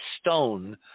stone